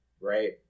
right